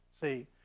See